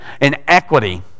inequity